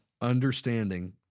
understanding